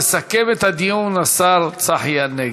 יסכם את הדיון השר צחי הנגבי.